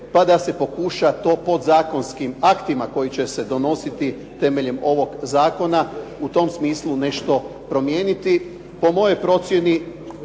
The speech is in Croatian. pa da se pokuša to podzakonskim aktima koji će se donositi temeljem ovog zakona u tom smislu nešto promijeniti.